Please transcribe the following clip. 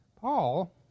Paul